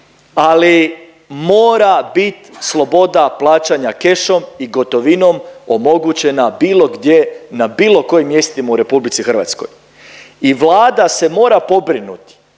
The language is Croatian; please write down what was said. ali mora bit sloboda plaćanja kešom i gotovinom omogućena bilo gdje na bilo kojim mjestima u RH i Vlada se mora pobrinuti